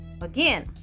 Again